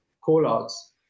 call-outs